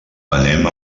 anem